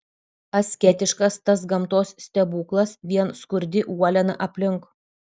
asketiškas tas gamtos stebuklas vien skurdi uoliena aplink